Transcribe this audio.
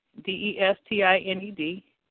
D-E-S-T-I-N-E-D